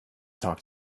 talk